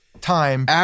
time